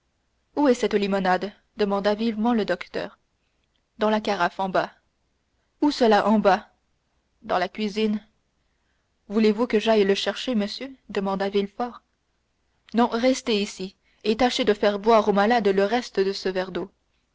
où est cette limonade demanda vivement le docteur dans la carafe en bas où cela en bas dans la cuisine voulez-vous que j'aille la chercher docteur demanda villefort non restez ici et tâchez de faire boire au malade le reste de ce verre d'eau